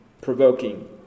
provoking